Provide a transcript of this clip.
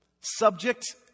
Subject